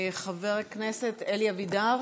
חבר הכנסת אלי אבידר